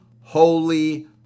Holy